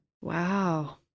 Wow